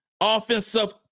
offensive